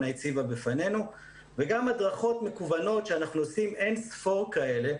הציבה בפנינו וגם הדרכות מקוונות שאנחנו עושים אין-ספור כאלה.